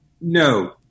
No